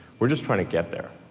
we're just trying to get there,